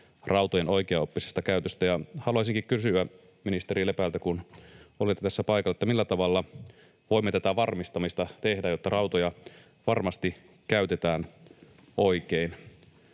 rautojen oikeaoppisesta käytöstä. Haluaisinkin kysyä ministeri Lepältä, kun olette tässä paikalla: millä tavalla voimme tätä varmistamista tehdä, jotta rautoja varmasti käytetään oikein?